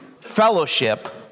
fellowship